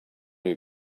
you